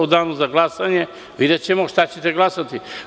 U danu za glasanje videćemo šta ćete glasati.